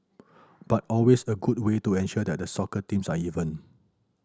but always a good way to ensure that the soccer teams are even